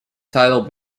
title